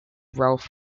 ralph